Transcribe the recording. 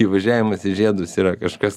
įvažiavimas į žiedus yra kažkas